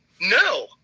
no